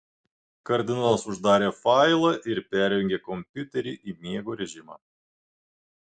kardinolas uždarė failą ir perjungė kompiuterį į miego režimą